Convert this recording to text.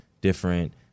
different